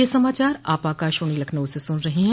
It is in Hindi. ब्रे क यह समाचार आप आकाशवाणी लखनऊ से सुन रहे हैं